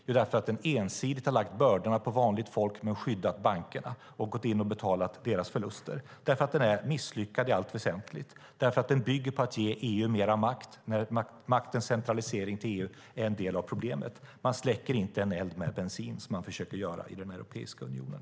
Jo, därför att den ensidigt har lagt bördorna på vanligt folk men skyddat bankerna och gått in och betalat deras förluster, därför att den är misslyckad i allt väsentligt och därför att den bygger på att ge EU mer makt när maktens centralisering till EU är en del av problemet. Man släcker inte en eld med bensin, vilket man försöker göra i Europeiska unionen.